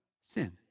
Sin